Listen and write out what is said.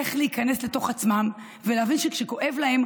איך להיכנס לתוך עצמם ולהבין שכשכואב להם,